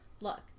look